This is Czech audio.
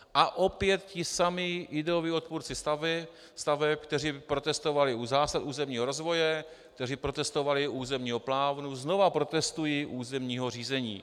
A opět ti samí ideoví odpůrci staveb, kteří protestovali u územního rozvoje, kteří protestovali u územního plánu, znova protestují u územního řízení.